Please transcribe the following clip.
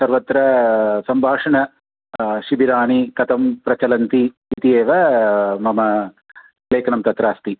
सर्वत्र सम्भाषण शिबिराणि कथं प्रचलन्ति इत्येव मम लेखनं तत्र अस्ति